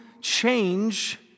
change